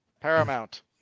Paramount